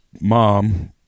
mom